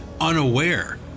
unaware